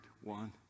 one